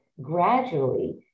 gradually